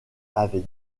avait